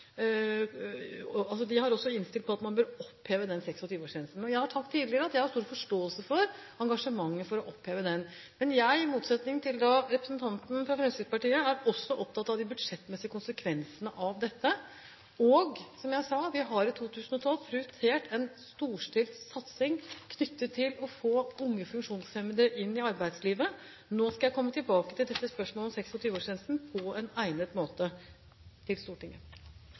innstilt på at man bør oppheve 26-årsgrensen. Jeg har sagt tidligere at jeg har stor forståelse for engasjementet for å oppheve den. Men i motsetning til representanten fra Fremskrittspartiet er jeg også opptatt av de budsjettmessige konsekvensene av dette, og – som jeg sa – vi har i 2012 prioritert en storstilt satsing knyttet til å få unge funksjonshemmede inn i arbeidslivet. Nå skal jeg komme tilbake til dette spørsmålet om 26-årsgrensen på en egnet måte til Stortinget.